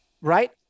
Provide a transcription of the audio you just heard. Right